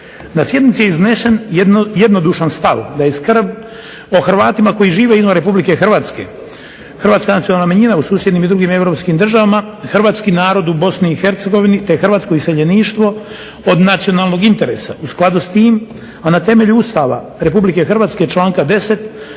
Na sjednici je iznesen jednodušan stav da je skrb o Hrvatima koji žive izvan Republike Hrvatske hrvatska nacionalna manjina u susjednim i drugim europskim državama, hrvatski narod u Bosni i Hercegovini, te hrvatsko iseljeništvo od nacionalnog interesa, u skladu s tim a na temelju Ustava Republike Hrvatske, članka 10.